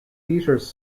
peters